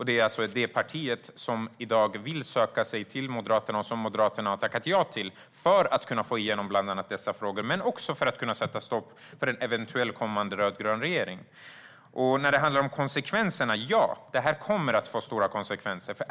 Det är alltså det parti som i dag vill söka sig till Moderaterna, och som Moderaterna har tackat ja till för att kunna få igenom bland annat dessa frågor men också för att kunna sätta stopp för en eventuellt kommande rödgrön regering. När det handlar om konsekvenserna kommer detta att få stora konsekvenser.